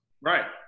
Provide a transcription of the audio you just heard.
Right